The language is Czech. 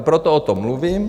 Proto o tom mluvím.